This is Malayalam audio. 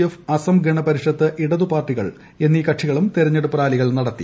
എഫ് അസം ഗണപരിഷത്ത് ഇടതുപാർട്ടികൾ എന്നീ കക്ഷികളും തെരഞ്ഞെടുപ്പ് റാലികൾ നടത്തി